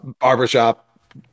barbershop